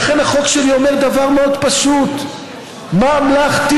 לכן החוק שלי אומר דבר מאוד פשוט: ממלכתיות.